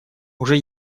уже